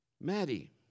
Maddie